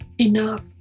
enough